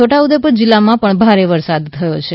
છોટા ઉદેપુર જિલ્લા માં પણ ભારે વરસાદ થયો છે